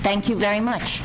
thank you very much